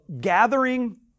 gathering